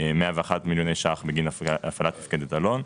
101 מיליוני שקלים נוצרי בגין הפעלת מפקדת אלון.